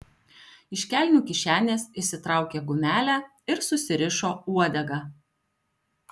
iš kelnių kišenės išsitraukė gumelę ir susirišo uodegą